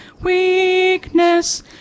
weakness